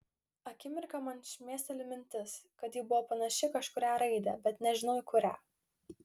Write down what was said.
akimirką man šmėsteli mintis kad ji buvo panaši į kažkurią raidę bet nežinau į kurią